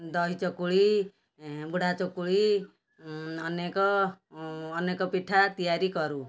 ଦହି ଚକୁଳି ବୁଢ଼ା ଚକୁଳି ଅନେକ ଅନେକ ପିଠା ତିଆରି କରୁ